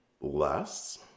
less